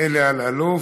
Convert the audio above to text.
אלי אלאלוף.